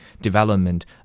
development